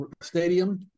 stadium